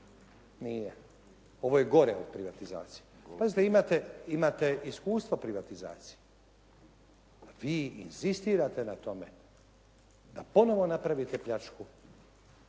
Nije. Ovo je gore od privatizacije. Pazite, imate iskustvo u privatizaciji. Vi inzistirate na tome da ponovo napravite pljačku